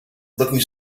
looking